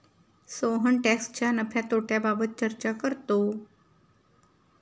सोहन टॅक्सच्या नफ्या तोट्याबाबत चर्चा करतो